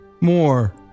More